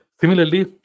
Similarly